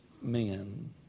men